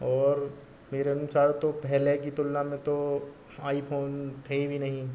और मेरे अनुसार तो पहले की तुलना में तो आईफोन थे भी नहीं